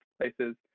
places